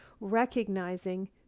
recognizing